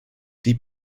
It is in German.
die